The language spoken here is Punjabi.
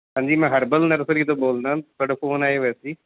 ਹਾਂਜੀ ਮੈਂ ਹਰਬਲ ਨਰਸਰੀ ਤੋਂ ਬੋਲਦਾ ਤੁਹਾਡਾ ਫੋਨ ਆਇਆ ਹੋਇਆ ਸੀ